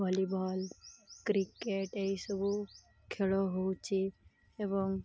volleyball cricket ଏହିସବୁ ଖେଳ ହେଉଛି ଏବଂ